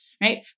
right